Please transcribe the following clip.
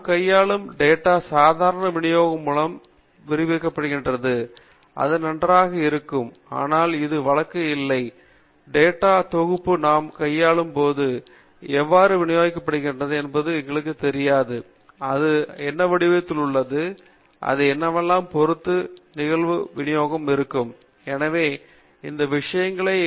நாம் கையாளும் டேட்டா சாதாரண விநியோகம் மூலம் விவரிக்கப்படுவதால் அது நன்றாக இருக்கும் ஆனால் அது வழக்கு இல்லை பெரிய டேட்டா தொகுப்பை நாங்கள் கையாளும் போது டேட்டா எவ்வாறு விநியோகிக்கப்படுகிறது என்பது எங்களுக்குத் தெரியாது அது என்ன வடிவத்தில் உள்ளது அது என்னவென்பதைப் பொறுத்து நிகழ்தகவு விநியோகம் இருக்கும் எனவே இந்த விஷயங்கள் எங்களுக்கு தெரியாது